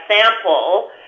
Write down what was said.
sample